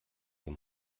dem